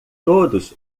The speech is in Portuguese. todos